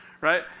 right